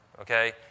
Okay